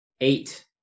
eight